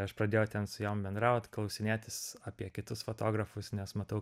aš pradėjau ten su jom bendraut klausinėtis apie kitus fotografus nes matau